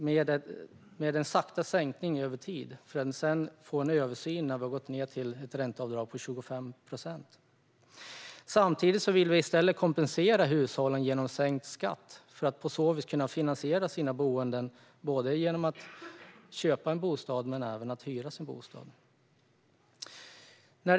Det ska vara en långsam sänkning över tid. Och det ska vara en översyn när vi har gått ned till ett ränteavdrag på 25 procent. Samtidigt vill vi kompensera hushållen genom sänkt skatt. På så vis kan de finansiera sina boenden, både köpta bostäder och hyrda bostäder.